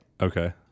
Okay